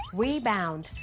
rebound